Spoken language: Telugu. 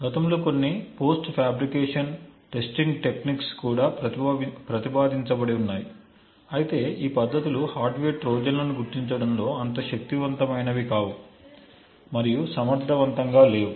గతంలో కొన్ని పోస్ట్ ఫాబ్రికేషన్ టెస్టింగ్ టెక్నిక్స్ కూడా ప్రతిపాదించబడి ఉన్నాయి అయితే ఈ పద్ధతులు హార్డ్వేర్ ట్రోజన్లను గుర్తించడంలో అంత శక్తివంతమైనవి కావు మరియు సమర్థవంతంగా లేవు